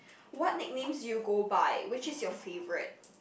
what nicknames do you go by which is your favourite